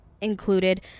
included